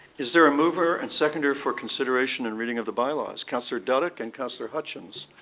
is there a mover and seconder for consideration and reading of the by laws? councillor duddeck and councillor hutchins.